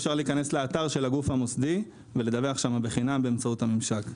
אפשר להיכנס לאתר של הגוף המוסדי ולדווח שם בחינם באמצעות הממשק.